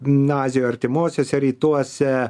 azijoj artimuosiuose rytuose